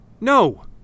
No